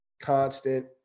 constant